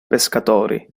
pescatori